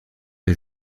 est